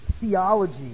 theology